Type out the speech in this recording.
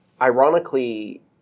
Ironically